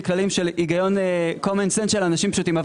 כללים של קומונסנס של אנשים פשוטים.